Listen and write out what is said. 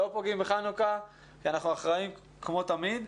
לא פוגעים בחנוכה כי אנחנו אחראיים כמו תמיד,